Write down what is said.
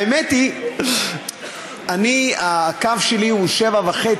האמת היא, אני, הקו שלי הוא 07:30,